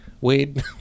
Wade